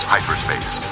Hyperspace